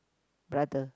brother